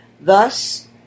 Thus